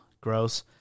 gross